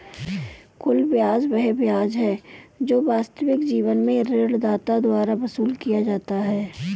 कुल ब्याज वह ब्याज है जो वास्तविक जीवन में ऋणदाता द्वारा वसूल किया जाता है